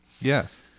Yes